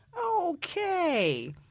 Okay